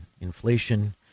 inflation